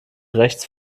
rechts